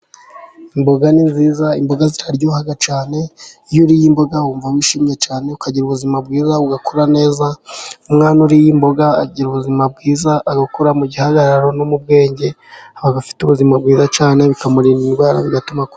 Imboga ni nziza, imboga ziraryoha cyane, iyo uririye imboga wumva wishimye cyane, ukagira ubuzima bwiza, ugakura neza, umwana uriye imboga agira ubuzima bwiza, agakura mu gihagararo no mu bwenge, aba afite ubuzima bwiza cyane, bikarinda indwara bigatuma akura .